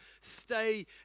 stay